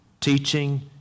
teaching